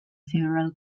several